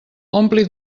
ompli